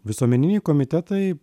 visuomeniniai komitetai